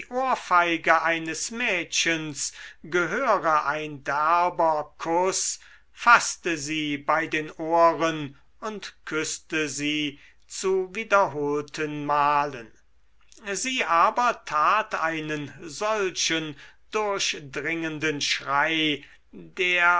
ohrfeige eines mädchens gehöre ein derber kuß faßte sie bei den ohren und küßte sie zu wiederholten malen sie aber tat einen solchen durchdringenden schrei der